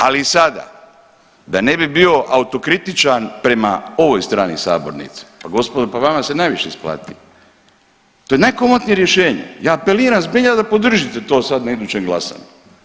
Ali sada da ne bi bio autokritičan prema ovoj strani sabornice, a gospodo pa vama se najviše isplati, to je najkomotnije rješenje, ja apeliram zbilja da podržite sad to na idućem glasanju.